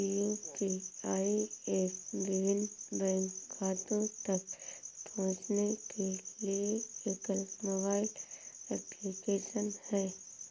UPI app विभिन्न bank खातों तक पहुँचने के लिए एकल मोबाइल एप्लिकेशन है